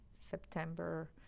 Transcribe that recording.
September